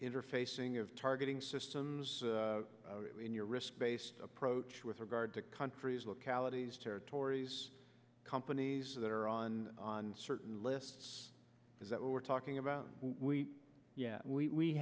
interfacing of targeting systems in your risk based approach with regard to countries localities territories companies that are on on certain lists is that we're talking about we yeah we